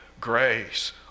grace